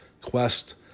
quest